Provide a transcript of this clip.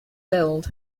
billed